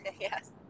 Yes